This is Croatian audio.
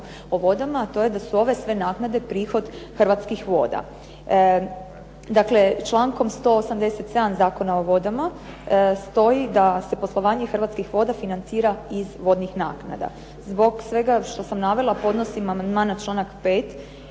o vodama, a to je da su ove sve naknade prihod Hrvatskih voda. Dakle člankom 187. Zakona o vodama, stoji da se poslovanje Hrvatskih voda financira iz vodnih naknada. Zbog svega što sam navela, podnosim amandman na članak 5.